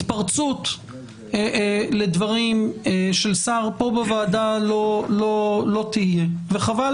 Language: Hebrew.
התפרצות לדברים של שר פה בוועדה לא תהיה וחבל